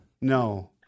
No